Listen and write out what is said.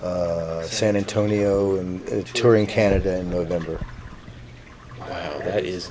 and san antonio and touring canada in november that is